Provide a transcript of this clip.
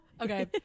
Okay